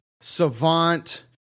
savant